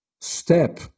step